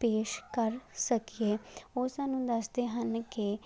ਪੇਸ਼ ਕਰ ਸਕੀਏ ਉਹ ਸਾਨੂੰ ਦੱਸਦੇ ਹਨ ਕਿ